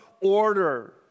order